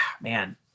man